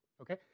Okay